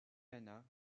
hannah